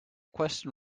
question